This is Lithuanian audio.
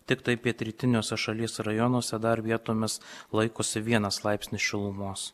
tiktai pietrytiniuose šalies rajonuose dar vietomis laikosi vienas laipsnis šilumos